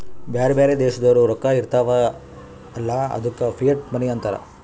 ಬ್ಯಾರೆ ಬ್ಯಾರೆ ದೇಶದೋರ್ದು ರೊಕ್ಕಾ ಇರ್ತಾವ್ ಅಲ್ಲ ಅದ್ದುಕ ಫಿಯಟ್ ಮನಿ ಅಂತಾರ್